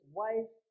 wife